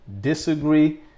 disagree